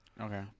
Okay